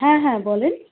হ্যাঁ হ্যাঁ বলেন